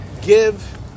give